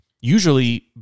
usually